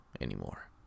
anymore